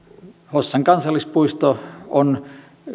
hossan kansallispuisto on